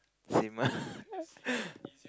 same ah